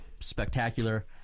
spectacular